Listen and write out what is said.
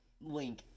link